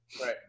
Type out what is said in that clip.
Right